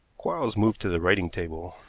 quarles moved to the writing-table.